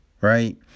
right